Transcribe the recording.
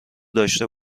داشته